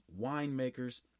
winemakers